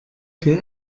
viel